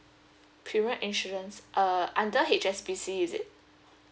premium insurance uh under H_S_B_C is it